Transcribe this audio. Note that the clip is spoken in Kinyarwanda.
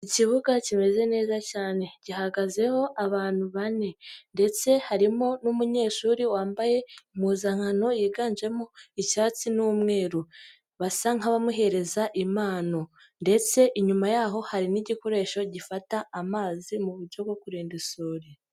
Ikibuga kimeze neza cyane, gihagazeho abantu bane ndetse harimo n'umunyeshuri wambaye impuzankano yiganjemo icyatsi n'umweru, basa nk'abamuhereza impano ndetse inyuma yaho hari n'igikoresho gifata amazi mu buryo bwo kurinda isuri.